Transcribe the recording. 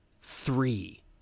three